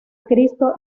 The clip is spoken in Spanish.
cristo